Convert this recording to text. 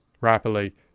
rapidly